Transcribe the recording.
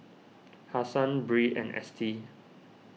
Hassan Bree and Estie